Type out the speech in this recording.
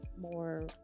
more